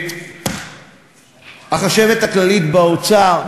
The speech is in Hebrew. החשבת הכללית באוצר,